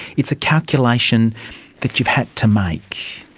it's a calculation that you've had to make,